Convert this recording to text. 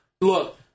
Look